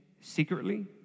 secretly